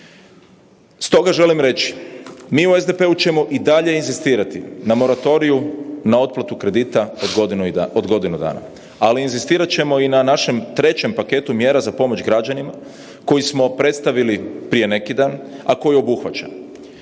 Stoga želim reći, mi u SDP-u ćemo i dalje inzistirati na moratoriju, na otplatu kredita od godinu dana, ali inzistirat ćemo i na našem trećem paketu mjera za pomoć građanima koji smo predstavili prije neki dan, a koji obuhvaća.